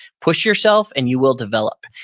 push yourself and you will develop.